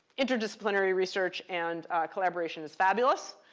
interdisciplinary research and collaboration is fabulous.